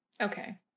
Okay